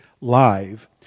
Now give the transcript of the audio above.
Live